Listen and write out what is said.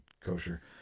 kosher